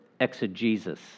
exegesis